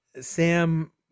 Sam